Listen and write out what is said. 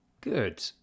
good